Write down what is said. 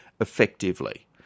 effectively